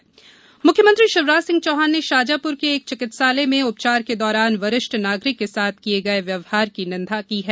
CM Shajapur मुख्यमंत्री शिवराज सिंह चौहान ने शाजापुर के एक चिकित्सालय में उपचार के दौरान वरिष्ठ नागरिक के साथ किये गये व्यवहार की निंदा की है